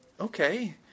okay